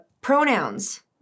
Pronouns